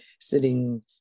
sitting